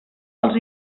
els